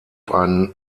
einen